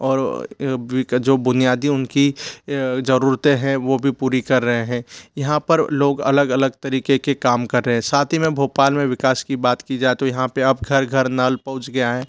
और जो बुनियादी उनकी ज़रूरतें हैं वो भी पूरी कर रहे हैं यहाँ पर लोग अलग अलग तरीक़े के काम कर रहे हैं साथ ही में भोपाल में विकास की बात की जाए तो यहाँ पर अब घर घर नल पहुँच गया है